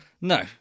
no